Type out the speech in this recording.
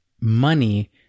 money